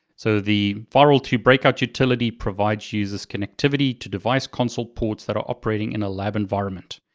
so the firewall to breakout utility provides users connectivity to device console ports that are operating in a lab environment.